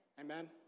Amen